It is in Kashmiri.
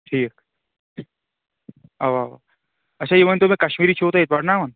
ٹھیٖک اَوا اَوا اچھا یہِ ؤنۍ تَو مےٚ کشمیٖری چھِوٕ تۄہہِ ییٚتہِ پرناوَان